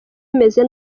rumeze